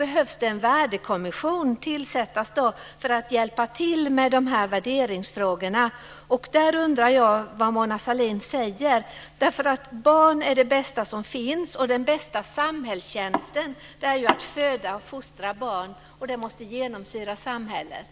En värdekommission behöver tillsättas för att hjälpa till med värderingsfrågorna. Vad säger Mona Sahlin om det? Barn är det bästa som finns. Den bästa samhällstjänsten är att föda och fostra barn, och det måste genomsyra samhället.